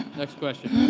next question.